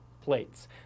plates